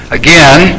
again